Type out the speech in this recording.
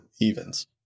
Evens